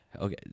Okay